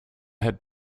had